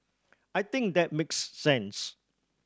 I think that makes sense